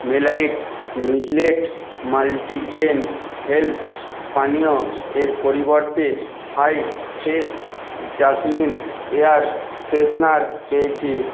মেলাইট millet multigrain health পানীয় এর পরিবর্তে high fresh jasmine air freshener পেয়েছি